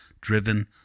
driven